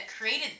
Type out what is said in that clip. created